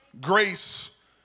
grace